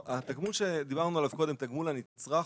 התגמול שדיברנו עליו קודם, תגמול הנצרך,